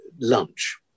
lunch